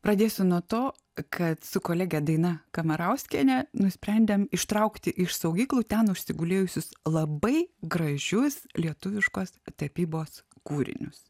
pradėsiu nuo to kad su kolege daina kamarauskiene nusprendėm ištraukti iš saugyklų ten užsigulėjusius labai gražius lietuviškos tapybos kūrinius